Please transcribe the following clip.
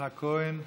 יצחק כהן,